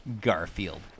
Garfield